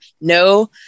no